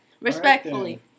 Respectfully